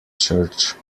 church